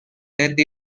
death